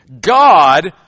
God